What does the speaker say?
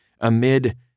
amid